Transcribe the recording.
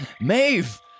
Maeve